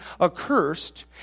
accursed